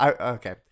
okay